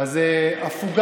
זה מדיניות.